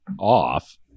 off